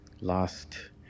last